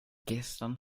gestern